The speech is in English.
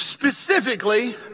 Specifically